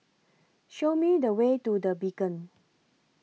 Show Me The Way to The Beacon